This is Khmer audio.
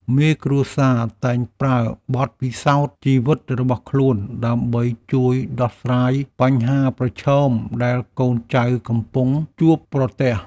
មេគ្រួសារតែងប្រើបទពិសោធន៍ជីវិតរបស់ខ្លួនដើម្បីជួយដោះស្រាយបញ្ហាប្រឈមដែលកូនចៅកំពុងជួបប្រទះ។